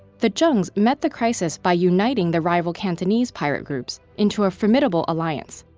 the zhengs met the crisis by uniting the rival cantonese pirate groups into a formidable alliance.